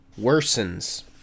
worsens